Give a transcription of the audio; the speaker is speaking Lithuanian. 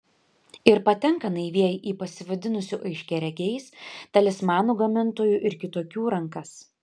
ir patenka naivieji į pasivadinusių aiškiaregiais talismanų gamintojų ir kitokių rankas